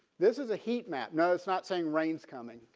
this is a heat map. no it's not saying rain's coming.